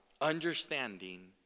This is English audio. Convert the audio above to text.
understanding